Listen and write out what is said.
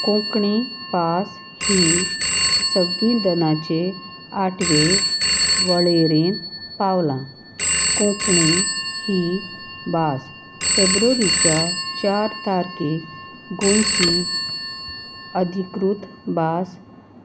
कोंकणी भास ही संविधानाचे आठवे वळेरेन पावलां कोंकणी ही भास फेब्रुवारीच्या चार तारखेक गोंयची अधिकृत भास